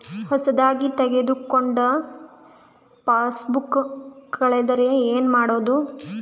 ಹೊಸದಾಗಿ ತೆಗೆದುಕೊಂಡ ಪಾಸ್ಬುಕ್ ಕಳೆದರೆ ಏನು ಮಾಡೋದು?